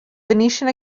venetian